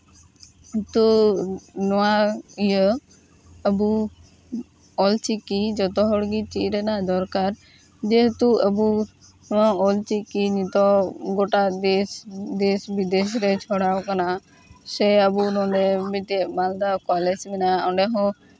ᱛᱚ ᱱᱚᱣᱟ ᱤᱭᱟᱹ ᱟᱵᱚ ᱚᱞ ᱪᱤᱠᱤ ᱡᱚᱛᱚ ᱦᱚᱲᱜᱮ ᱪᱮᱫ ᱨᱮᱱᱟᱜ ᱫᱚᱨᱠᱟᱨ ᱡᱮᱦᱮᱛᱩ ᱟᱵᱚ ᱱᱚᱣᱟ ᱚᱞᱪᱤᱠᱤ ᱱᱤᱛᱳᱜ ᱜᱚᱴᱟ ᱫᱮᱥ ᱫᱮᱥᱼᱵᱤᱫᱮᱥ ᱨᱮ ᱪᱷᱚᱲᱟᱣ ᱠᱟᱱᱟ ᱥᱮ ᱟᱵᱚ ᱱᱚᱰᱮ ᱢᱤᱫᱴᱮᱡ ᱢᱟᱞᱫᱟ ᱠᱚᱞᱮᱡᱽ ᱢᱮᱱᱟᱜᱼᱟ ᱚᱸᱰᱮ ᱦᱚᱸ